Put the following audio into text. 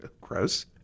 Gross